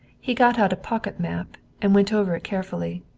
he got out a pocket map and went over it carefully.